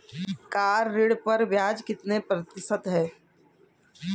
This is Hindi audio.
कार ऋण पर ब्याज कितने प्रतिशत है?